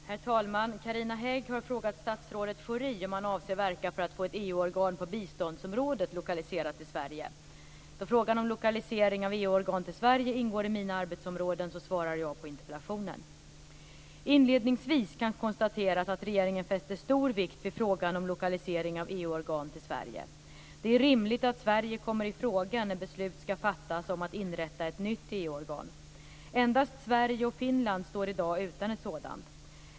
Herr talman! Carina Hägg har frågat statsrådet Schori om han avser verka för att få ett EU-organ på biståndsområdet lokaliserat till Sverige. Då frågan om lokalisering av EU-organ till Sverige ingår i mina arbetsområden svarar jag på interpellationen. Inledningsvis kan konstateras att regeringen fäster stor vikt vid frågan om lokalisering av EU-organ till Sverige. Det är rimligt att Sverige kommer i fråga när beslut skall fattas om att inrätta ett nytt EU-organ. Endast Sverige och Finland står i dag utan ett sådant.